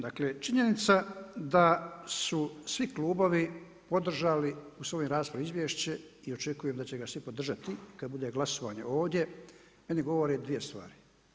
Dakle činjenica da su svi klubovi podržali u svojim raspravama izvješće i očekujem da će ga svi podržati kada bude glasovanje ovdje meni govore dvije stvari.